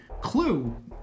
clue